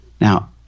Now